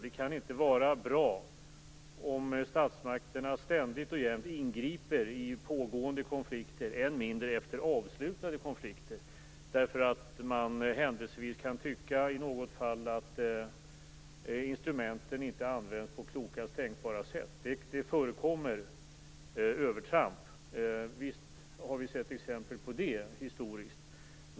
Det kan inte vara bra om statsmakterna ständigt och jämt ingriper i pågående konflikter, än mindre efter avslutade konflikter, bara för att man i något fall händelsevis tycker att instrumenten inte används på klokast tänkbara sätt. Det förekommer övertramp; visst har vi sett exempel på det historiskt.